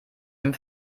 dem